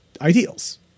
ideals